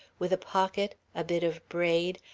with a pocket, a bit of braid,